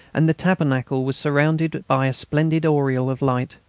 and the tabernacle was surrounded by a splendid aureole of light.